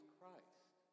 Christ